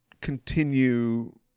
continue